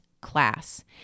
class